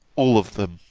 all of them,